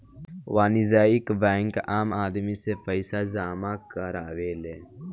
वाणिज्यिक बैंक आम आदमी से पईसा जामा करावेले